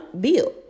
bill